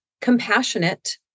compassionate